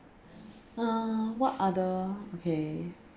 uh what other okay